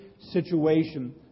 situation